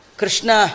krishna